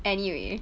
anyway